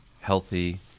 healthy